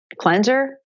Cleanser